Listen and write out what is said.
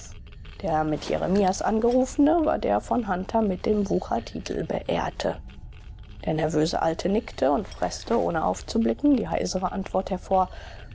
der mit jeremias angerufene war der von hunter mit dem wuchertitel beehrte der nervöse alte nickte und preßte ohne aufzublicken die heisere antwort hervor